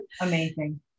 Amazing